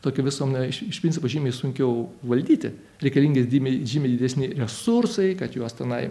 tokią visuomenę iš principo žymiai sunkiau valdyti reikalingi žymiai žymiai didesni resursai kad juos tenai